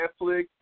Netflix